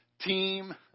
team